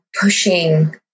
pushing